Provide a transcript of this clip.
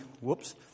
whoops